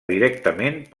directament